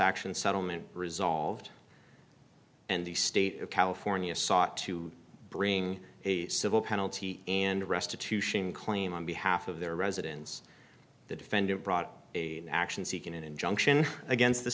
action settlement resolved and the state of california sought to bring a civil penalty and restitution claim on behalf of their residents the defendant brought a action seeking an injunction against the